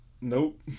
nope